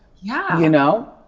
yeah you know?